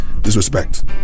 disrespect